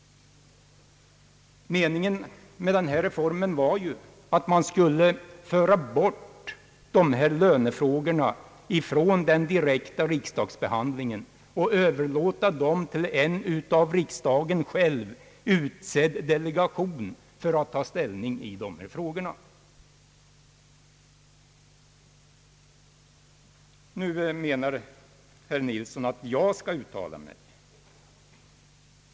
Meningen med denna reform var ju att man skulle föra bort dessa lönefrågor från den direkta riksdagsbehandlingen och överlåta dem till en av riksdagen själv utsedd delegation. Herr Nilsson menar att jag skall uttala mig.